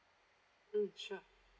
mm sure